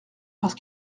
parce